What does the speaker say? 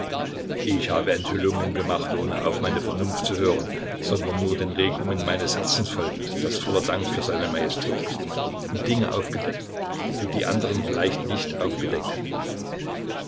ich habe enthüllungen gemacht ohne auf meine vernunft zu hören sondern nur den regungen meines herzens folgend das voller dank für seine majestät ist und dinge aufgedeckt die die anderen vielleicht nicht aufgedeckt hätten